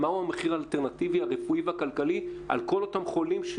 מהו המחיר האלטרנטיבי הרפואי והכלכלי על כל אותם חולים,